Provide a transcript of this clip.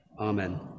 Amen